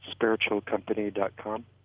spiritualcompany.com